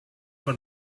for